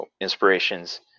inspirations